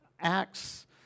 Acts